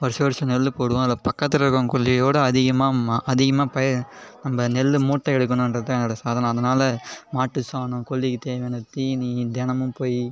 வருச வருசம் நெல்லு போடுவோம் அதில் பக்கத்தில் இருக்கிறவங்க கொள்ளையோடய அதிகமாக அதிகமாக பயிர் நம்ம நெல்லு மூட்டை எடுக்கணுன்றதுதா என்னோடய சாதனை அதனால மாட்டு சாணம் கொள்ளைக்கு தேவையான தீனி தினமும் போய்